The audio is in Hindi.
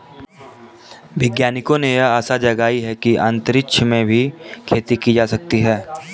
वैज्ञानिकों ने यह आशा जगाई है कि अंतरिक्ष में भी खेती की जा सकेगी